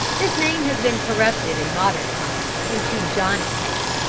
this name has been corrupted in modern times into johnny cake.